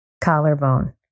Collarbone